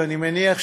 אינה נוכחת,